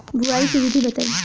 बुआई के विधि बताई?